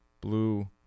Blue